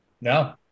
No